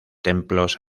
templos